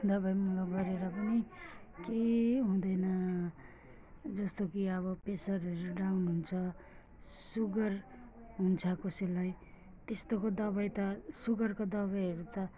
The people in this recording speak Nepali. दबाईमुलो गरेर पनि केही हुँदैन जस्तो कि अब प्रेसरहरू डाउन हुन्छ सुगर हुन्छ कसैलाई त्यस्तोको दबाई त सुगरको दबाईहरू त